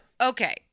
Okay